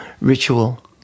Ritual